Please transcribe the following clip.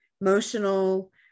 emotional